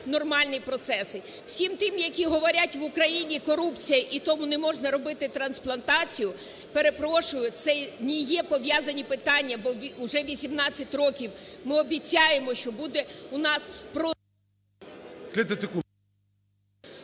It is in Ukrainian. нормальні процеси. Всім тим, які говорять, в Україні корупція і тому неможна робити трансплантацію, перепрошую, це не є пов'язані питання. Бо уже 18 років ми обіцяємо, що буде у нас…